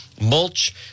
mulch